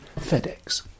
FedEx